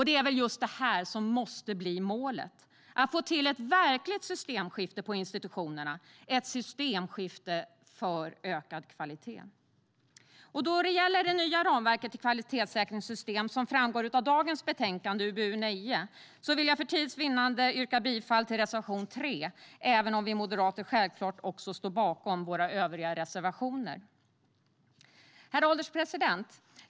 Det är väl just detta som måste vara målet: att få till ett verkligt systemskifte på institutionerna, ett systemskifte för ökad kvalitet. Då det gäller det nya ramverket till kvalitetssäkringssystemet, som framgår av dagens betänkande UbU9, vill jag för tids vinnande yrka bifall till reservation 3, även om vi moderater självklart står bakom också våra övriga reservationer. Herr ålderspresident!